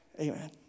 Amen